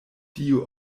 dio